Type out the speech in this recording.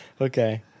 Okay